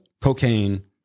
Cocaine